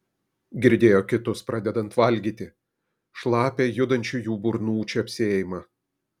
girdėjo kitus pradedant valgyti šlapią judančių jų burnų čepsėjimą